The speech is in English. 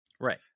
Right